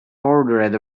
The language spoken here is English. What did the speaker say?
ordered